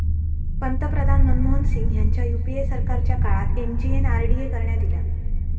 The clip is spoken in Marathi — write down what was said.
पंतप्रधान मनमोहन सिंग ह्यांच्या यूपीए सरकारच्या काळात एम.जी.एन.आर.डी.ए करण्यात ईला